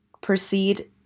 proceed